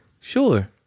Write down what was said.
Sure